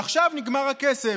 ועכשיו, נגמר הכסף.